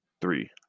Three